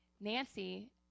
Nancy